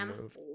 move